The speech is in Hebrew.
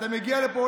אתה מגיע לפה,